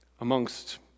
amongst